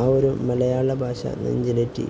ആ ഒരു മലയാള ഭാഷ നെഞ്ചിലേറ്റി